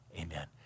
amen